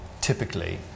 typically